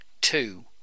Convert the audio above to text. Two